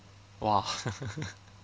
!wah!